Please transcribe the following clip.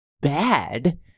bad